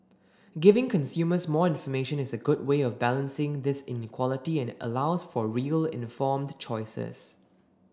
giving consumers more information is a good way of balancing this inequality and allows for real informed choices